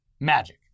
magic